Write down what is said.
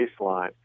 baseline